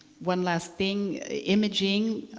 one last thing, imaging